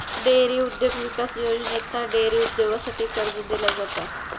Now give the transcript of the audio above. dairy उद्योग विकास योजनेतना डेअरी उद्योगासाठी कर्ज दिला जाता